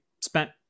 spent